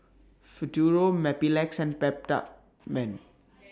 Futuro Mepilex and Peptamen